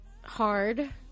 hard